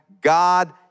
God